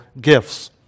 gifts